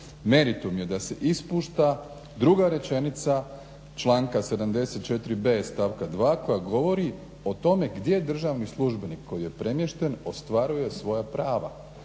meritum je da se ispušta druga rečenica članka 74.b stavka 2. koja govori o tome gdje državni službenik koji je premješten ostvaruje svoja prava.